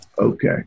Okay